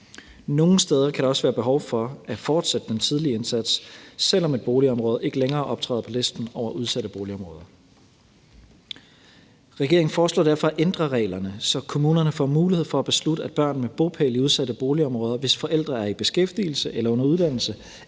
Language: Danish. Nogle steder kan der også være behov for at fortsætte den tidlige indsats, selv om et boligområde ikke længere optræder på listen over udsatte boligområder. Regeringen foreslår derfor at ændre reglerne, så kommunerne får mulighed for at beslutte, at børn med bopæl i udsatte boligområder, hvis forældre er i beskæftigelse eller under uddannelse,